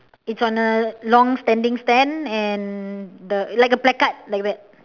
it's on a long standing stand and the like a placard like that